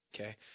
Okay